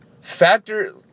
Factor